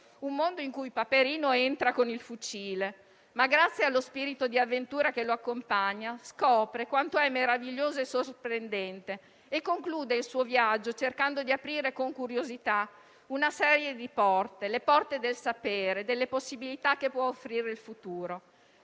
in cui entra con il fucile, ma che, grazie allo spirito di avventura che lo accompagna, scopre quanto sia meraviglioso e sorprendente. Conclude il suo viaggio cercando di aprire con curiosità una serie di porte, quelle del sapere e delle possibilità che può offrire il futuro.